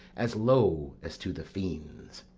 as low as to the fiends!